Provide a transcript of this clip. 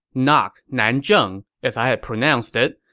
not nanzheng as i had pronounced it.